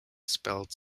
spelled